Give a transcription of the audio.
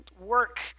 work